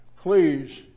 please